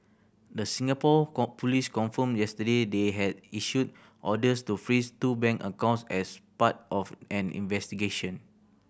the Singapore police confirmed yesterday they had issued orders to freeze two bank accounts as part of an investigation